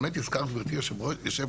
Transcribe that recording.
באמת הזכרת גבירתי יושבת-הראש.